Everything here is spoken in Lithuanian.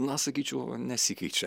na sakyčiau nesikeičia